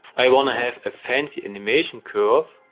i wanna have a fancy animation curve,